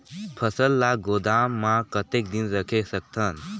फसल ला गोदाम मां कतेक दिन रखे सकथन?